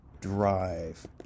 Drive